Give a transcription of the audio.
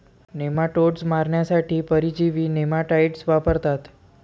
nematodes मारण्यासाठी परजीवी nematicides वापरतात